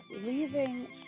leaving